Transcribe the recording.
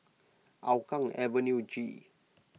Hougang Avenue G